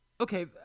Okay